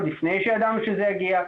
עוד לפני שידענו שזה יגיע.